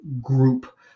group